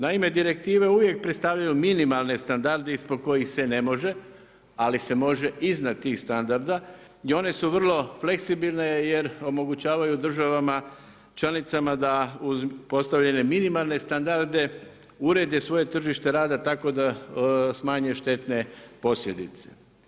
Naime, direktive uvijek predstavljaju minimalne standarde ispod kojih se ne može, ali se može iznad tih standarda i one su vrlo fleksibilne jer omogućavaju državama članicama da uz postavljene minimalne standarde urede svoje tržište rada tako da smanje štetne posljedice.